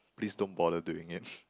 please don't bother doing it